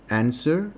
answer